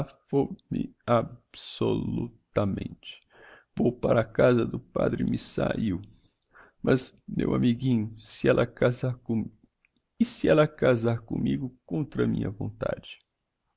tamente vou para casa do padre missail mas meu amiguinho e se ella casar commigo contra minha vontade